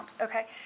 Okay